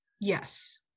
Yes